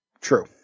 True